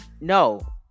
no